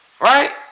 Right